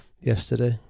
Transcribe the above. yesterday